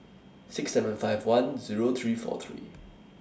six seven five one Zero three four three